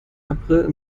april